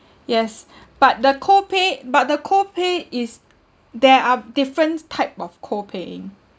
yes but the co-pay but the co-pay is there are different type of co-paying